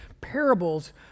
parables